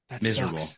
Miserable